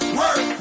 work